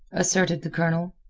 asserted the colonel.